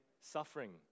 suffering